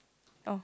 oh